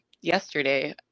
yesterday